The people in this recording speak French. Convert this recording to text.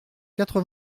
quatre